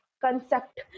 concept